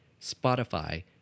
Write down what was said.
Spotify